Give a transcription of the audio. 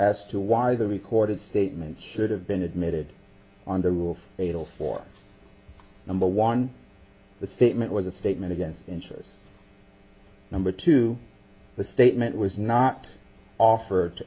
as to why the record statements should have been admitted on the wall a little for number one the statement was a statement against interest number two the statement was not offered